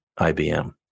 IBM